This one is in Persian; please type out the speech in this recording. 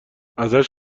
ازش